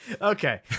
okay